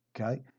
okay